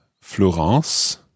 Florence